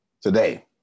today